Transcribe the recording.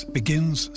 begins